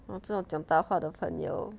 有这种讲大话的朋友